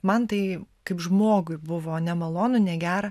man tai kaip žmogui buvo nemalonu negera